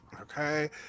Okay